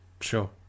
Sure